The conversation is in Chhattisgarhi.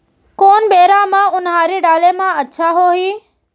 कोन बेरा म उनहारी डाले म अच्छा होही?